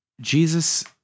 Jesus